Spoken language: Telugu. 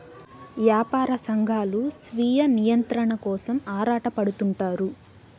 యాపార సంఘాలు స్వీయ నియంత్రణ కోసం ఆరాటపడుతుంటారు